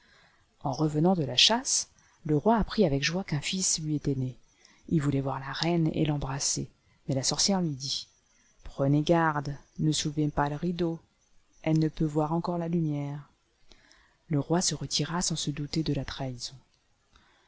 en revenant de la chasse le roi apprit avec joie qu'un fils lui était né il voulait voir la reine et l'emsser mais la sorcière lui dit wenez garde ne soulevez pas le rideau elle ne peut voir encore la lumière le roi se retira sans se douter de la trahison